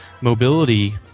mobility